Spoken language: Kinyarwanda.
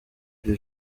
iri